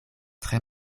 tre